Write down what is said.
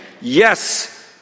Yes